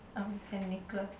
um Saint-Nicholas